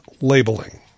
labeling